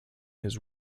his